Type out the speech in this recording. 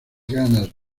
ganas